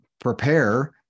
prepare